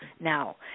now